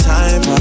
time